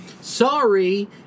sorry